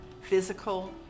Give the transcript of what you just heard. physical